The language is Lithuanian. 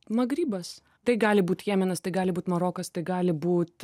magribas tai gali būt jemenas tai gali būt marokas tai gali būt